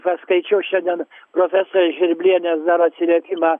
paskaičiau šiandien profesorės žvirblienės dar atsiliepimą